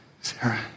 Sarah